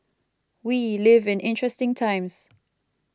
we live in interesting times